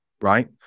Right